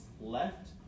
left